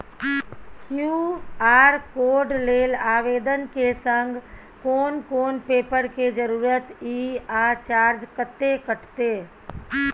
QR code लेल आवेदन के संग कोन कोन पेपर के जरूरत इ आ चार्ज कत्ते कटते?